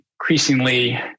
increasingly